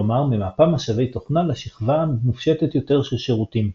כלומר ממפה משאבי תוכנה לשכבה מופשטת יותר של שירותים.